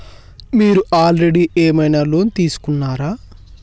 మీరు ఆల్రెడీ ఏమైనా లోన్ తీసుకున్నారా?